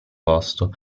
posto